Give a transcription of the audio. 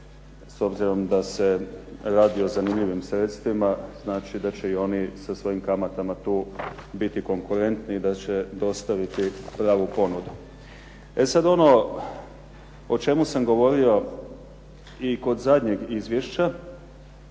s obzirom da se radi o zanimljivim sredstvima, znači da će i oni sa svojim kamatama biti tu konkurentni i da će dostaviti pravu ponudu. E sada ono o čemu sam govorio i kod zadnjeg izvješća,